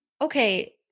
okay